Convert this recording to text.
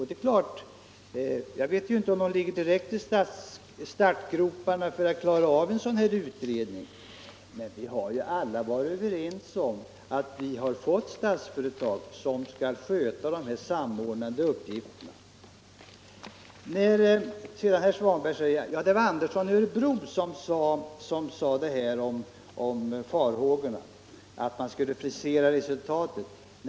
Det är klart att jag inte vet om man ligger i startgroparna för att klara en sådan här utredning, men vi har ju alla varit överens om att vi fått Statsföretag för att sköta de samordnande uppgifterna. Herr Svanberg säger att det var herr Andersson i Örebro som uttalade sig om farhågorna för att man skulle frisera resultaten.